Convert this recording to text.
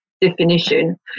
definition